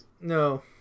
No